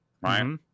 right